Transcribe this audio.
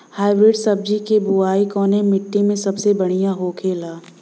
Hybrid सब्जी के बिया कवने मिट्टी में सबसे बढ़ियां होखे ला?